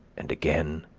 and again,